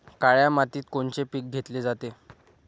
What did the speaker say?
काळ्या मातीत कोनचे पिकं घेतले जाते?